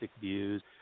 views